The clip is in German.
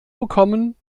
bekommen